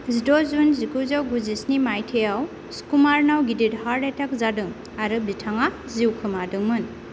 जिद' जुन जिगुजौ गुजिस्नि मायथाइयाव सुकुमारनाव गिदिर हार्थ एथाक जादों आरो बिथाङा जिउ खोमादोंमोन